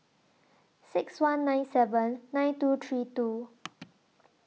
six one nine seven nine two three two